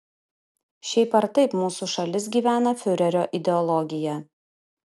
šiaip ar taip mūsų šalis gyvena fiurerio ideologija